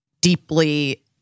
deeply